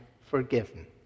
forgiven